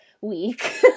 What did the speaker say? week